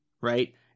Right